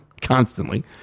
constantly